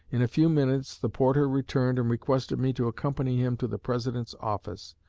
in a few minutes the porter returned and requested me to accompany him to the president's office,